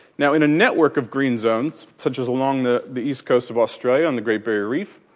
now in a network of green zones such as along the the east coast of australia and the great barrier reef,